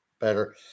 better